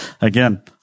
again